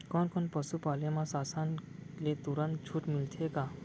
कोनो पसु पाले म शासन ले तुरंत छूट मिलथे का?